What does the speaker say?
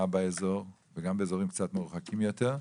באזור וגם באזורים קצת מרוחקים יותר,